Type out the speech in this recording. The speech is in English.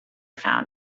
found